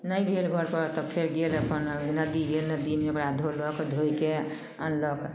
नहि भेल घर पर तऽ फेर गेल अपन नदी गेल नदीमे ओकरा धोलक धोएके अनलक